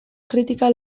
kritika